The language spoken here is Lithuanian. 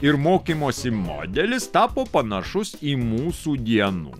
ir mokymosi modelis tapo panašus į mūsų dienų